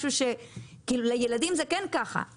לילדים זה כן ככה,